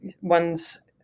one's